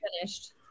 finished